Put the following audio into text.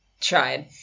tried